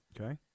Okay